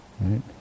Right